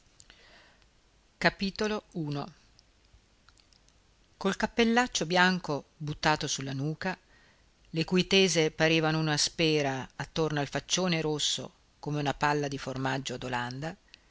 dici col cappellaccio bianco buttato sulla nuca le cui tese parevano una spera attorno al faccione rosso come una palla di formaggio